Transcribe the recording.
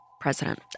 president